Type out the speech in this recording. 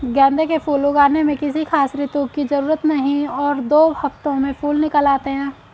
गेंदे के फूल उगाने में किसी खास ऋतू की जरूरत नहीं और दो हफ्तों में फूल निकल आते हैं